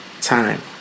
time